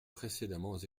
précédemment